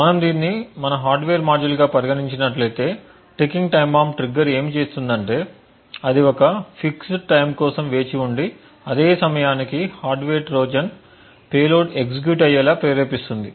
మనము దీనిని మన హార్డ్వేర్ మాడ్యూల్గా పరిగణించినట్లయితే టికింగ్ టైమ్ బాంబు ట్రిగ్గర్ఏమి చేస్తుందంటే అది ఒక ఫిక్స్డ్ టైమ్కోసం వేచి ఉండి అదే సమయానికి హార్డ్వేర్ ట్రోజన్ల పేలోడ్ ఎగ్జిక్యూట్ అయ్యేలా ప్రేరేపిస్తుంది